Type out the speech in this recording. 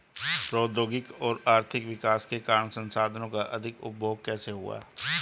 प्रौद्योगिक और आर्थिक विकास के कारण संसाधानों का अधिक उपभोग कैसे हुआ है?